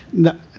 now,